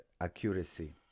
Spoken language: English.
accuracy